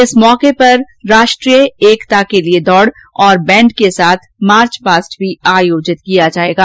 इस अवसर पर राष्ट्रीय एकता के लिए दौड़ और बैण्ड के साथ मार्चपास्ट मी आयोजित किया जायेगा